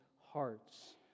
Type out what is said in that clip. hearts